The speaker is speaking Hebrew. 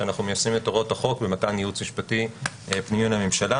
כשאנחנו מיישמים את הוראות החוק במתן ייעוץ משפטי פנימי לממשלה